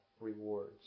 rewards